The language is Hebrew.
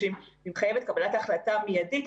היא מחייבת קבלת החלטה מיידית.